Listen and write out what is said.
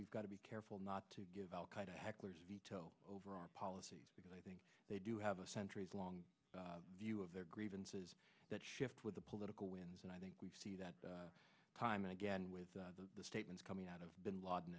we've got to be careful not to give al qaeda heckler's veto over our policies because i think they do have a centuries long view of their grievances that shift with the political winds and i think we see that time and again with the statements coming out of bin laden